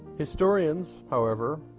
historians, however,